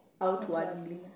outwardly